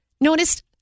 noticed